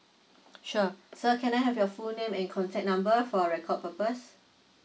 sure so can I have your full name and contact number for record purpose